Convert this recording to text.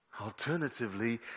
Alternatively